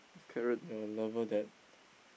your lover that